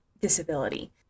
disability